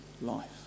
life